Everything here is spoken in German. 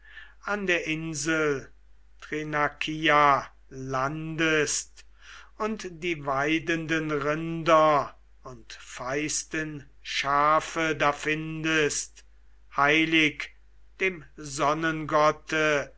an der insek thrinakia landest und die weidenden rinder und feisten schafe da findest heilig dem